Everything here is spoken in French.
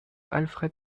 alfred